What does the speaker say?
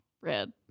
red